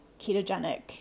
ketogenic